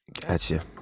Gotcha